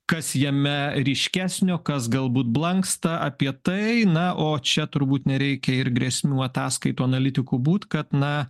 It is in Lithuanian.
kas jame ryškesnio kas galbūt blanksta apie tai na o čia turbūt nereikia ir grėsmių ataskaitų analitiku būt kad na